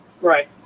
Right